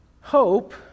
Hope